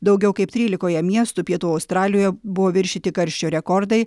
daugiau kaip trylikoje miestų pietų australijoje buvo viršyti karščio rekordai